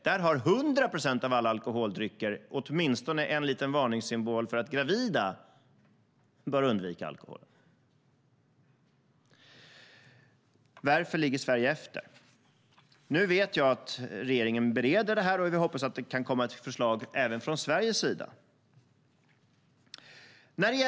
Där har 100 procent av alla alkoholdrycker åtminstone en liten varningssymbol om att gravida bör undvika alkohol. Här ligger Sverige efter. Jag vet att regeringen bereder detta, och jag hoppas att det kan komma ett förslag även i Sverige.